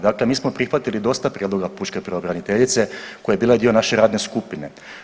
Dakle, mi smo prihvatili dosta prijedloga pučke pravobraniteljice koja je bila dio naše radne skupine.